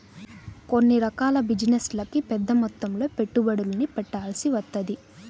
కొన్ని రకాల బిజినెస్లకి పెద్దమొత్తంలో పెట్టుబడుల్ని పెట్టాల్సి వత్తది